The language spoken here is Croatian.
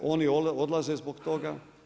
Oni odlaze zbog toga.